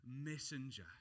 messenger